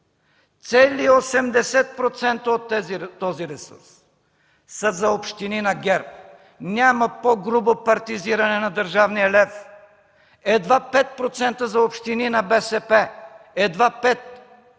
Цели 80% от този ресурс са за общини на ГЕРБ. Няма по-грубо партизиране на държавния лев. Едва 5% за общини на БСП. Едва